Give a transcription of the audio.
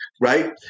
right